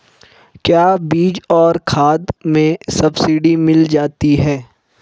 क्या बीज और खाद में सब्सिडी मिल जाती है?